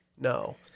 no